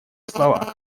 слова